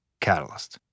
Catalyst